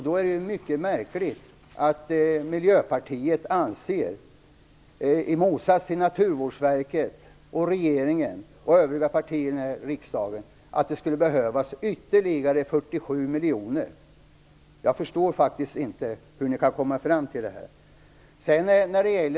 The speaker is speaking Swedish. Då är det mycket märkligt att Miljöpartiet, i motsats till Naturvårdsverket, regeringen och övriga partier i riksdagen, anser att det skulle behövas ytterligare 47 miljoner. Jag förstår faktiskt inte hur ni kan komma fram till det.